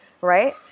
right